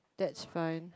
that's fine